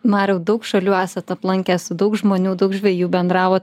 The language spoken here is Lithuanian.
mariau daug šalių esat aplankęs su daug žmonių daug žvejų bendravot